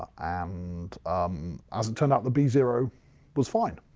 and as it turned out, the b zero was fine.